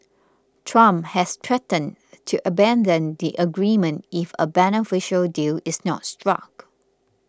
trump has threatened to abandon the agreement if a beneficial deal is not struck